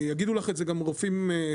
יגידו לך את זה גם רופאים קליניים,